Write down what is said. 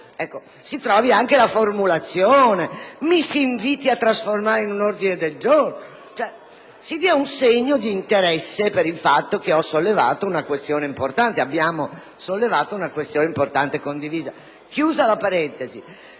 Magari si trovi una formulazione, mi si inviti a trasformarlo in un ordine del giorno, si dia un segno d'interesse per il fatto che ho sollevato, anzi, che abbiamo sollevato una questione importante e condivisa. Chiudo la parentesi.